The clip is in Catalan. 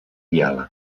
diàleg